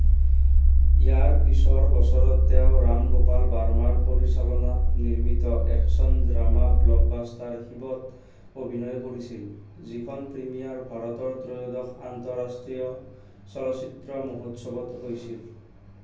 ইয়াৰ পিছৰ বছৰত তেওঁ ৰাম গোপাল বাৰ্মাৰ পৰিচালনাত নিৰ্মিত একচন ড্ৰামা ব্লকবাষ্টাৰ শিৱত অভিনয় কৰিছিল যিখনৰ প্ৰিমিয়াৰ ভাৰতৰ ত্ৰয়োদশ আন্তঃৰাষ্ট্ৰীয় চলচ্চিত্ৰ মহোৎসৱত হৈছিল